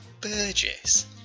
Burgess